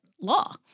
law